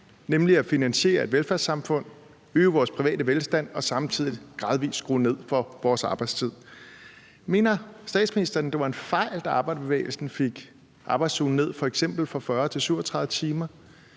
nemlig at finansiere et velfærdssamfund, øge vores private velstand og samtidig gradvis skrue ned for vores arbejdstid. Mener statsministeren, at det var en fejl, da arbejderbevægelsen f.eks. fik arbejdsugen ned fra 40 til 37 timer?